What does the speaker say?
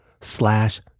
slash